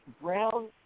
brown